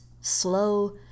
slow